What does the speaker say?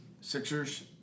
Sixers